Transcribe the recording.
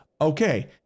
okay